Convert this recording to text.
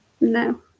No